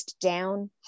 down